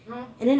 ah